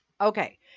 Okay